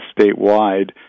statewide